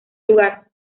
lugar